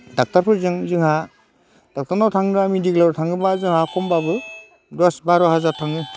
डक्ट'रफोरजों जोंहा डक्ट'रनाव थांग्रा मेडिकेलाव थाङोबा जोंहा खमबाबो दस बार' हाजार थाङो